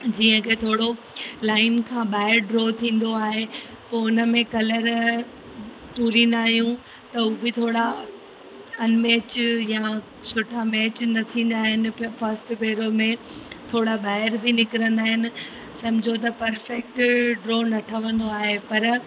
जीअं की थोरो लाइन खां ॿाहिरि ड्रो थींदो आहे पो हुन में कलर तुरींदा आहियूं त उहो बि थोरा अनमैच या सुठा मैच न थींदा आहिनि प फस्ट भेरा में थोरा ॿाहिरि निकिरिंदा आहिनि सम्झो त परफैक्ट ड्रो न ठहंदो आहे पर